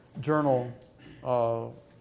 Journal